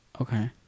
Okay